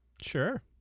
sure